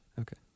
okay